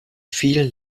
vielen